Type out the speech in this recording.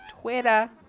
Twitter